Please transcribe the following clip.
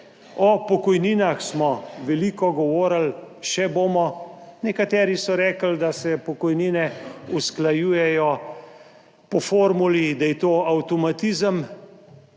O pokojninah smo veliko govorili, še bomo. Nekateri so rekli, da se pokojnine usklajujejo po formuli, da je to avtomatizem.